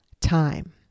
time